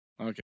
Okay